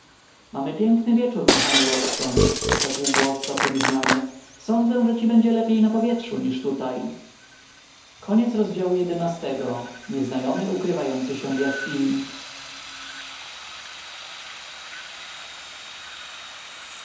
mamy piękny wieczór kochany watson rzekł głos dobrze mi znany sądzę że ci będzie lepiej na powietrzu niż tutaj xii